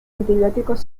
antibióticos